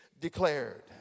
declared